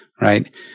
right